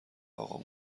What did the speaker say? اقا